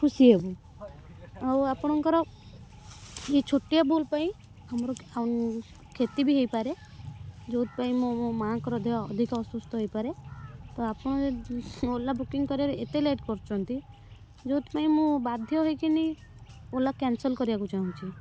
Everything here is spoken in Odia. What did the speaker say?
ଖୁସି ହେବୁ ଆଉ ଆପଣଙ୍କର ଏ ଛୋଟିଆ ଭୁଲ ପାଇଁ ଆମର ଅଂ କ୍ଷତି ବି ହୋଇପାରେ ଯେଉଁଥି ପାଇଁ ମୁଁ ମୋ ମାଙ୍କର ଦେହ ଅଧିକ ଅସୁସ୍ଥ ହୋଇପାରେ ତ ଆପଣ ଯେ ଓଲା ବୁକିଙ୍ଗ୍ କରବାରେ ଏତେ ଲେଟ୍ କରୁଛନ୍ତି ଯେଉଁଥି ପାଇଁ ମୁଁ ବାଧ୍ୟ ହୋଇକରି ଓଲା କ୍ୟାନସଲ୍ କରିବାକୁ ଚାହୁଁଛି